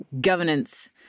governance